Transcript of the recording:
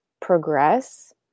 progress